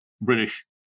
British